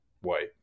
white